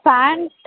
pant